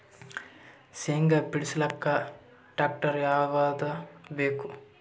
ಶೇಂಗಾ ಬಿಡಸಲಕ್ಕ ಟ್ಟ್ರ್ಯಾಕ್ಟರ್ ಯಾವದ ಬೇಕು?